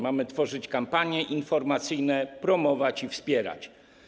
Mamy tworzyć kampanie informacyjne, promować i wspierać.